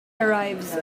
arrives